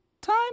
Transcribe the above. time